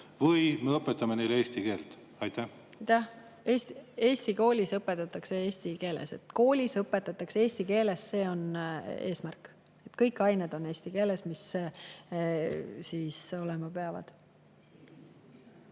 või me õpetame neile eesti keelt? Aitäh! Eesti koolis õpetatakse eesti keeles. Koolis õpetatakse eesti keeles – see on eesmärk. Kõik ained, mis olema peavad,